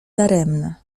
daremne